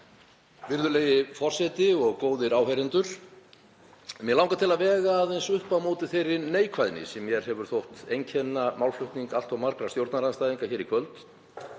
Virðulegi forseti. Góðir áheyrendur. Mig langar til að vega aðeins upp á móti þeirri neikvæðni sem mér hefur þótt einkenna málflutning allt of margra stjórnarandstæðinga hér í kvöld